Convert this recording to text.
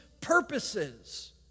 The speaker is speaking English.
purposes